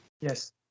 Yes